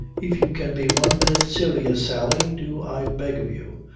if you can be one minute serious, sally, do, i beg of you.